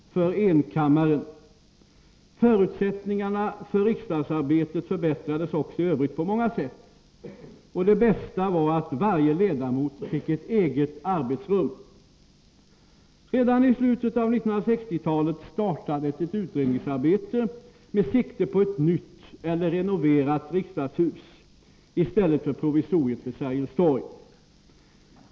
Förutsättningarna för riksdagsarbetet förbättrades också i övrigt på många sätt. Det bästa var att varje ledamot fick ett eget arbetsrum. Redan i slutet av 1960-talet startades ett utredningsarbete med sikte på ett nytt eller renoverat riksdagshus i stället för provisoriet vid Sergels torg.